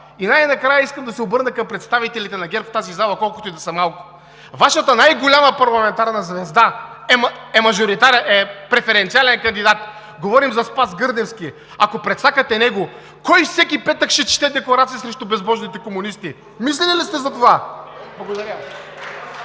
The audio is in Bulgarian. Най-накрая искам да се обърна към представителите на ГЕРБ в тази зала, колкото и да са малко. Вашата най-голяма парламентарна звезда е преференциален кандидат – говорим за Спас Гърневски. Ако прецакате него, кой всеки петък ще чете декларация срещу безбожните комунисти?! Мислили ли сте за това?!